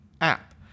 app